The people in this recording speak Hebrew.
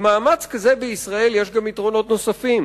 למאמץ כזה בישראל יש יתרונות נוספים.